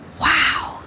wow